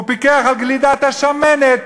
הוא פיקח על גלידת השמנת,